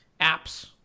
apps